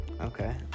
Okay